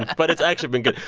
but it's actually been good.